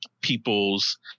people's